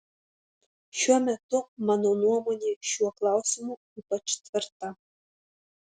šiuo metu mano nuomonė šiuo klausimu ypač tvirta